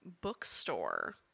bookstore